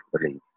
believe